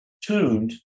tuned